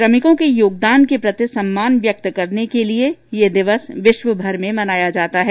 श्रमिकों के योगदान के प्रति सम्मान व्यक्त करने के लिए यह दिवस विश्वभर में मनाया जाता है